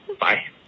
bye